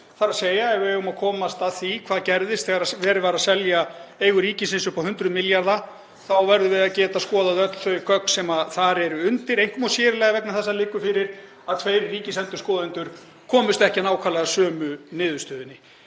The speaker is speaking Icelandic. þ.e. ef við eigum að komast að því hvað gerðist þegar verið var að selja eigur ríkisins upp á hundruð milljarða verðum við að geta skoðað öll þau gögn sem þar eru undir, einkum og sér í lagi vegna þess að það liggur fyrir að tveir ríkisendurskoðendur komust ekki að nákvæmlega sömu niðurstöðunni.